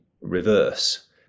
reverse